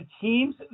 teams